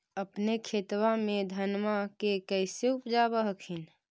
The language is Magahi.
अपने खेतबा मे धन्मा के कैसे उपजाब हखिन?